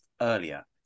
earlier